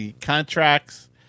contracts